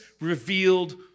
revealed